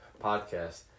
podcast